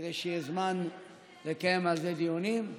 כדי שיהיה זמן לקיים על זה דיונים.